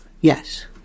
Yes